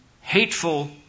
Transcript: hateful